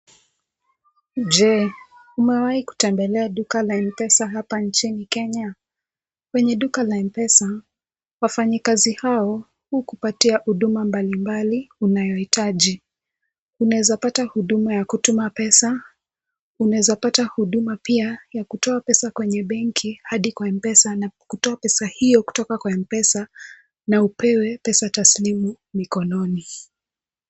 Je umewahi kutembelea duka la m-pesa hapa nchini kenya? Kwenye duka la mpesa, wafanyikazi hao hukupatia huduma mbalimbali unayohitaji. Unaeza pata huduma ya kutuma pesa, unaeza pata huduma pia ya kutoa pesa kwenye benki hadi kwa m-pesa na kutoa pesa hiyo kutoka kwa mpesa na upewe pesa taslimu mikononi.